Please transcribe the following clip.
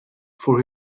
for